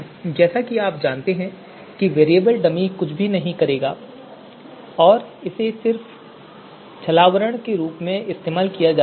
जैसा कि आप जानते हैं कि वेरिएबल डमी कुछ नहीं करेगी और इसे सिर्फ छलावरण के रूप में इस्तेमाल किया जा रहा है